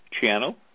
channel